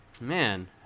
Man